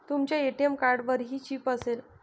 तुमच्या ए.टी.एम कार्डवरही चिप असेल